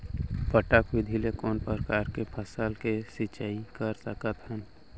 टपक विधि ले कोन परकार के फसल के सिंचाई कर सकत हन?